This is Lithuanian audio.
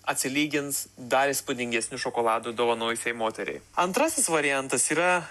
atsilygins dar įspūdingesniu šokoladu dovanojusiai moteriai antrasis variantas yra